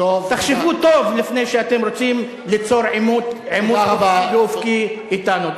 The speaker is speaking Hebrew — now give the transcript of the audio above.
תחשבו טוב לפני שאתם רוצים ליצור עימות אנכי ואופקי אתנו.